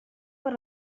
per